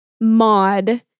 mod